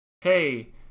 hey